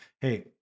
Hey